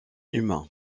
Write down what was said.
humains